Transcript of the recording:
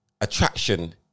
attraction